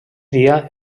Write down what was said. dia